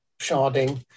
sharding